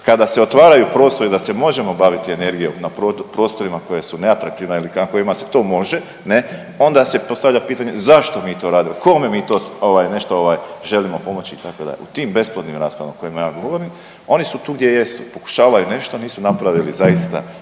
Kada se otvaraju prostori da se možemo baviti energijom na prostorima koja su neatraktivna ili kako … na kojima se to može onda se postavlja pitanje zašto mi to radimo, kome mi to ovaj nešto ovaj želimo pomoći itd. u tim besplodnim raspravama o kojima ja govorim oni su tu gdje jesu, pokušavaju nešto nisu napravili zaista